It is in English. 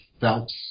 felt